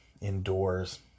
indoors